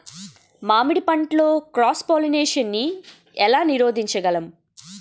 మామిడి పంటలో cross pollination నీ ఏల నీరోధించగలము?